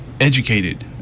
educated